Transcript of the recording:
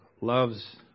loves